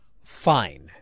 fine